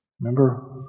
Remember